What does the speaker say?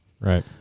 Right